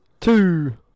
Two